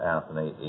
Anthony